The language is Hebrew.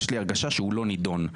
יש לי הרגשה שהוא לא נידון,